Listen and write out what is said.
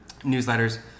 newsletters